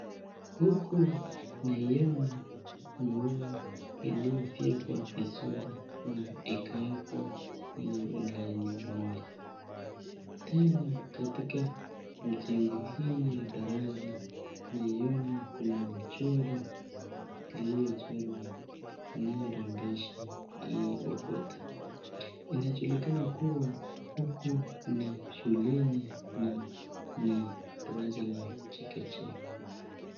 Huku naiona maua iliyofekwa vizuri na ikaekwa iwe laini moja. Tena katika mjengo hii ya darasa naiona kuna mchoro iliyochorwa inayorembesha hii ukuta. Inajulikana kuwa huku ni shuleni na ni darasa la chekechea.